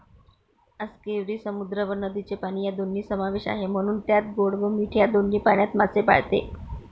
आस्कियुरी समुद्र व नदीचे पाणी या दोन्ही समावेश आहे, म्हणून त्यात गोड व मीठ या दोन्ही पाण्यात मासे पाळते